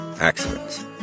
accidents